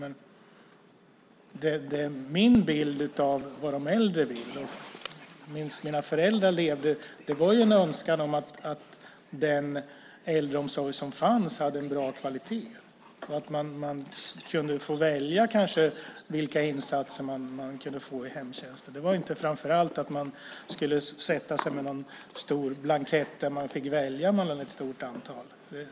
Men min bild av vad de äldre vill och från när mina föräldrar levde är en önskan om att den äldreomsorg som finns ska ha en bra kvalitet. Man kanske kunde få välja vilka insatser man kunde få i hemtjänsten, men det var inte framför allt att man skulle sätta sig med någon stor blankett där man fick välja mellan ett stort antal.